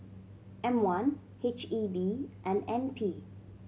M One H E B and N P